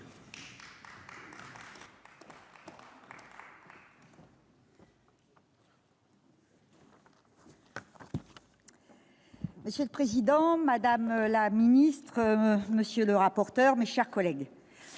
Monsieur le président, madame la ministre, monsieur le rapporteur, mes chers collègues,